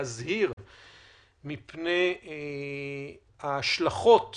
מפני ההשלכות